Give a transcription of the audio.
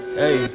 hey